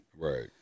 right